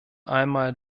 einmal